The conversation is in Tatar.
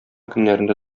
көннәрендә